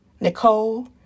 Nicole